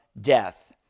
death